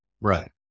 Right